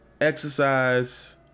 exercise